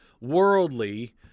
worldly